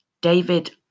David